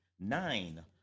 nine